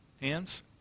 Hands